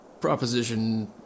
proposition